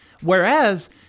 Whereas